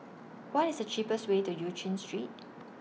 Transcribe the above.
What IS The cheapest Way to EU Chin Street